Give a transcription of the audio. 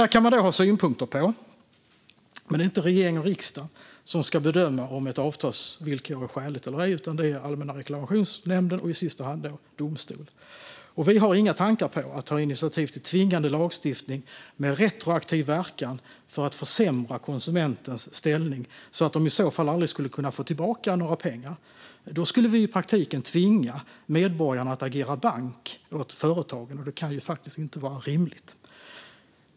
Det kan man ha synpunkter på, men det är inte regering och riksdag som ska bedöma om ett avtalsvillkor är skäligt eller ej, utan det är Allmänna reklamationsnämnden och i sista hand domstol som ska göra det. Vi har inga tankar på att ta initiativ till tvingande lagstiftning, med retroaktiv verkan, för att försämra konsumentens ställning så att konsumenten aldrig skulle kunna få tillbaka några pengar. Då skulle vi i praktiken tvinga medborgarna att agera bank åt företagen, och det kan faktiskt inte vara rimligt.